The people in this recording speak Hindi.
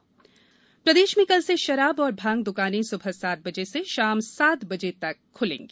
शराब दुकान प्रदेश में कल से शराब और भांग दुकानें सुबह सात बजे से शाम सात बजे तक ख्लेंगी